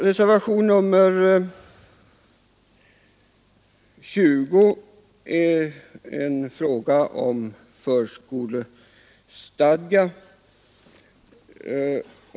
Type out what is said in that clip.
Reservationen 20 handlar om förskolestadga.